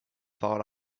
thought